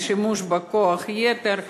על שימוש בכוח יתר.